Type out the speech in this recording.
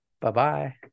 bye-bye